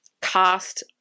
cast